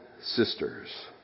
sisters